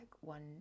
one